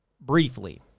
briefly